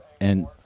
And-